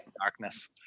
darkness